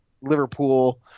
Liverpool